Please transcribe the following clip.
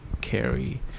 carry